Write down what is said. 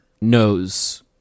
knows